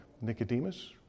Nicodemus